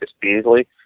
Beasley